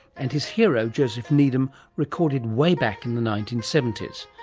and his hero, joseph needham recorded way back in the nineteen seventy s.